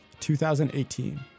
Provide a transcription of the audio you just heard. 2018